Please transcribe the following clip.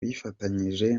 bifatanyije